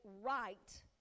right